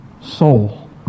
soul